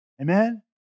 Amen